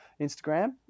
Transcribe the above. Instagram